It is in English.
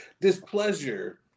displeasure